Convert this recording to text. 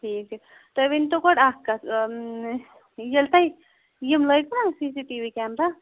ٹھیٖکہٕ تُہۍ ؤنۍتو گۄڈٕ اَکھ کَتھ ییٚلہِ تۄہہِ یِم لٲگۍوُنا سی ز سی ٹی وی کیمرا